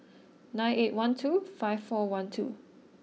nine eight one two five four one two